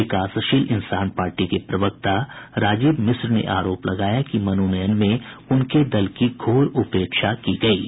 विकासशील इंसान पार्टी के प्रवक्ता राजीव मिश्रा ने आरोप लगाया कि मनोनयन में उनके दल की घोर उपेक्षा की गयी है